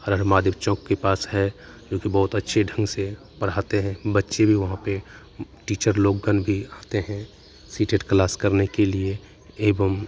हर हर महादेव चौक के पास है जो कि बहुत अच्छे ढंग से पढ़ाते हैं बच्चे भी वहाँ पे टीचर लोगन भी आते हैं सीटेट क्लास करने के लिए एवं